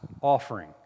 offering